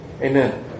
Amen